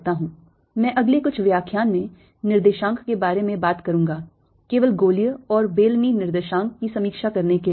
मैं अगले कुछ व्याख्यान में निर्देशांक के बारे में बात करूंगा केवल गोलीय और बेलनी निर्देशांक की समीक्षा करने के लिए